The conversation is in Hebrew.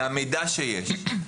המידע שיש,